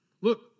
Look